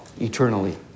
eternally